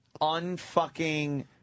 unfucking